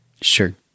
Sure